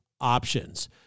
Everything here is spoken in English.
options